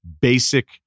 basic